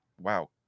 Wow